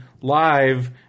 live